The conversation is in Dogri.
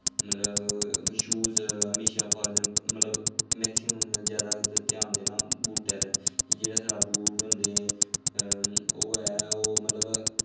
मतलव शूज़ म्हैशा मतलब मैकसिमम जैदा ध्यान देना बूटे पर जेह्ड़े साढ़े बूट होंदे ओह् ऐ ओह् मतलब